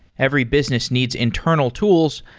every business needs internal tools,